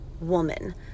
woman